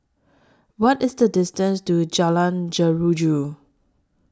What IS The distance to Jalan Jeruju